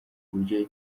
buryo